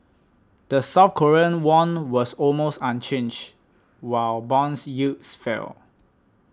the South Korean won was almost unchanged while bonds yields fell